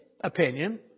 opinion